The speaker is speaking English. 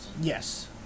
Yes